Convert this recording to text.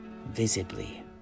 visibly